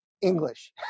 English